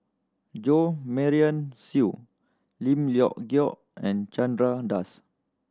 Jo Marion Seow Lim Leong Geok and Chandra Das